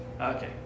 Okay